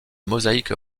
mosaïque